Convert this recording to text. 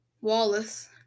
Wallace